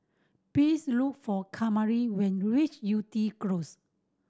please look for Kamari when you reach Yew Tee Close